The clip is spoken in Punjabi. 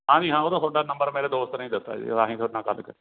ਹਾਜੀ ਹਾਂ ਉਹ ਤਾਂ ਤੁਹਾਡਾ ਨੰਬਰ ਮੇਰੇ ਦੋਸਤ ਨੇ ਦਿੱਤਾ ਸੀ ਤਾਂ ਹੀ ਤੁਹਾਡੇ ਨਾਲ ਗੱਲ ਕਰੀ